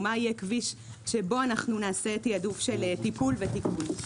או מה יהיה כביש שניתן לו תעדוף של טיפול ותיקון.